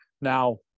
Now